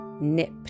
nipped